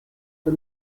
for